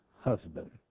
husband